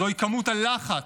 זוהי כמות הלחץ,